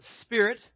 Spirit